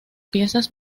piezas